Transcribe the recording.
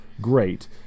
Great